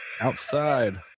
outside